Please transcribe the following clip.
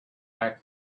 back